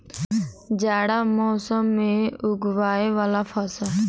जाड़ा मौसम मे उगवय वला फसल?